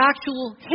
actual